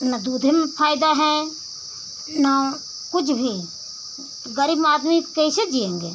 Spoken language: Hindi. ना दूधे में फ़ायदा है ना कुछ भी गरीब आदमी कैसे जिएँगे